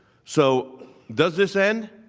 so does this send